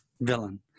villain